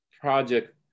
project